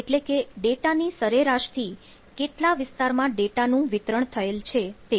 એટલે કે ડેટા ની સરેરાશ થી કેટલા વિસ્તારમાં ડેટા નું વિતરણ થયેલ છે તે